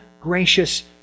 gracious